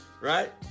right